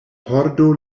pordo